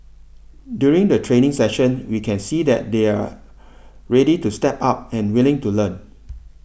during the training sessions we can see that they're ready to step up and willing to learn